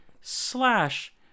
slash